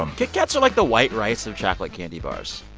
um kit kats are like the white rice of chocolate candy bars.